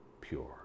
pure